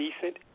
decent